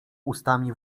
ustami